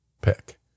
pick